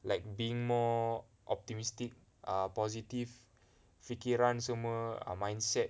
like being more optimistic err positive fikiran semua err mindset